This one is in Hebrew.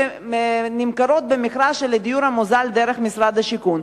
והן נמכרות במכרז של הדיור המוזל דרך משרד השיכון.